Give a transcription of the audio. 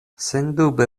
sendube